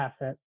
asset